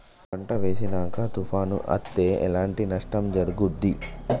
పంట వేసినంక తుఫాను అత్తే ఎట్లాంటి నష్టం జరుగుద్ది?